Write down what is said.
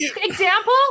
example